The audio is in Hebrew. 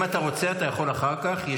אם אתה רוצה, אתה יכול אחר כך.